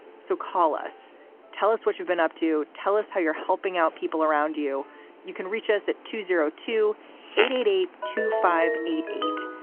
so call us tell us what you've been up to. tell us how you're helping out people around you you can reach us at two zero two eight eight eight two five eight eight.